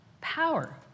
power